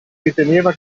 riteneva